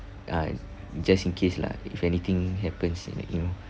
uh just in case lah if anything happens in like you know